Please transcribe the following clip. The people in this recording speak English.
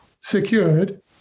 secured